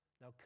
Now